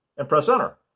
and press enter.